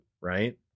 Right